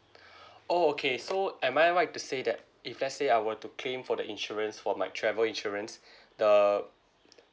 oh okay so am I right to say that if let's say I were to claim for the insurance for my travel insurance the